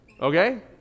Okay